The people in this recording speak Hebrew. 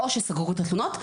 או שסגרו את התלונות,